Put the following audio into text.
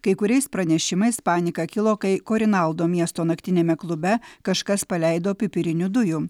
kai kuriais pranešimais panika kilo kai korinaldo miesto naktiniame klube kažkas paleido pipirinių dujų